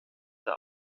der